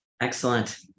Excellent